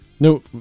No